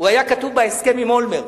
הוא היה כתוב בהסכם עם אולמרט,